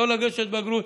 לא לגשת לבגרות,